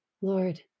Lord